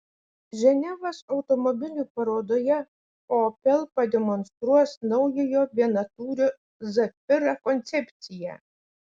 ženevos automobilių parodoje opel pademonstruos naujojo vienatūrio zafira koncepciją